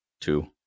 two